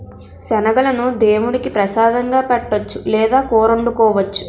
శనగలను దేముడికి ప్రసాదంగా పెట్టొచ్చు లేదా కూరొండుకోవచ్చు